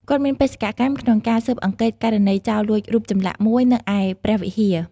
គាត់មានបេសកកម្មក្នុងការស៊ើបអង្កេតករណីចោរលួចរូបចម្លាក់មួយនៅឯព្រះវិហារ។